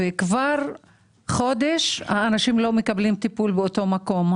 כבר חודש האנשים לא מקבלים טיפול באותו מקום,